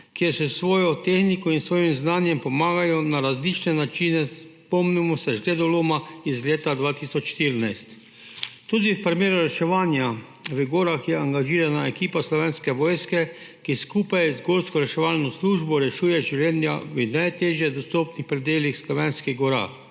kjer s svojo tehniko in s svojim znanjem pomagajo na različne načine. Spomnimo se žledoloma iz leta 2014. Tudi v primeru reševanja v gorah je angažirana ekipa Slovenske vojske, ki skupaj z gorsko reševalno službo rešuje življenja v najtežje dostopnih predelih slovenskih gora.